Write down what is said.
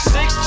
Six